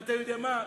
אתה יודע מה?